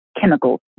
chemicals